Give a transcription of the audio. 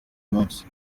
munsi